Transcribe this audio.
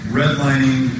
redlining